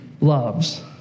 loves